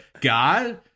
God